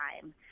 time